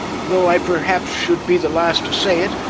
though i perhaps should be the last to say it,